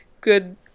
good